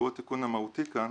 והוא התיקון המהותי כאן,